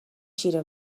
شیر